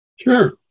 Sure